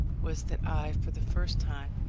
was that i, for the first time,